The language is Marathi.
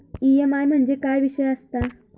ई.एम.आय म्हणजे काय विषय आसता?